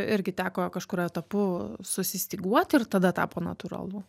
irgi teko kažkuriuo etapu susistyguoti ir tada tapo natūralu